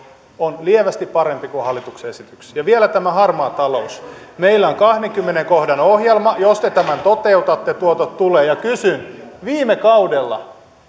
on lievästi parempi kuin hallituksen esityksessä vielä tämä harmaa talous meillä on kahdennenkymmenennen kohdan ohjelma jos te tämän toteutatte tuotot tulevat ja kysyn viime kaudella